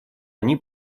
они